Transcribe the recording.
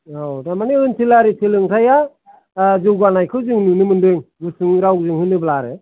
औ थारमानि ओनसोलारि सोलोंथाइया जौगानायखौ जों नुनो मोनदों गोसोनि रावजों होनोब्ला आरो